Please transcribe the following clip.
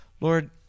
Lord